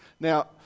Now